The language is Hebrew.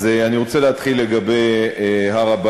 אז אני רוצה להתחיל לגבי הר-הבית.